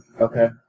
Okay